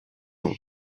ans